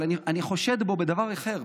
אבל אני חושד בו בדבר אחר,